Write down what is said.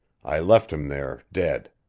i left him there dead.